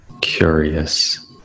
curious